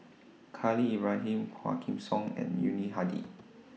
Khalil Ibrahim Quah Kim Song and Yuni Hadi